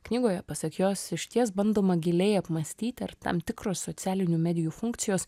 knygoje pasak jos išties bandoma giliai apmąstyti ar tam tikros socialinių medijų funkcijos